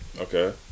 Okay